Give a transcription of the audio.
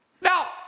Now